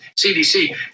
CDC